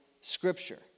Scripture